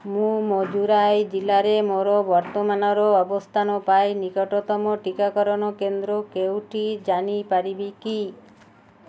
ମୁଁ ମଦୁରାଇ ଜିଲ୍ଲାରେ ମୋର ବର୍ତ୍ତମାନର ଅବସ୍ଥାନ ପାଇଁ ନିକଟତମ ଟିକାକରଣ କେନ୍ଦ୍ର କେଉଁଟି ଜାଣିପାରିବି କି